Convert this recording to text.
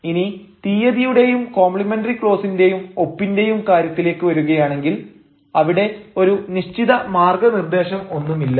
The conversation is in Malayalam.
ഇനി തീയതിയുടെയും കോംപ്ലിമെന്ററി ക്ലോസിന്റെയും ഒപ്പിന്റെയും കാര്യത്തിലേക്ക് വരുകയാണെങ്കിൽ അവിടെ ഒരു നിശ്ചിത മാർഗ്ഗനിർദ്ദേശം ഒന്നുമില്ല